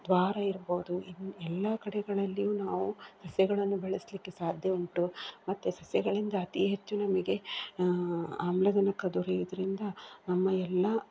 ದ್ವಾರ ಇರ್ಬೋದು ಇನ್ನು ಎಲ್ಲ ಕಡೆಗಳಲ್ಲಿಯೂ ನಾವು ಸಸ್ಯಗಳನ್ನು ಬೆಳೆಸಲಿಕ್ಕೆ ಸಾಧ್ಯ ಉಂಟು ಮತ್ತು ಸಸ್ಯಗಳಿಂದ ಅತಿ ಹೆಚ್ಚು ನಮಗೆ ಆಮ್ಲಜನಕ ದೊರೆಯುವುದ್ರಿಂದ ನಮ್ಮ ಎಲ್ಲ